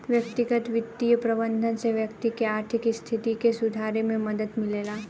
व्यक्तिगत बित्तीय प्रबंधन से व्यक्ति के आर्थिक स्थिति के सुधारे में मदद मिलेला